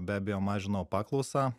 be abejo mažino paklausą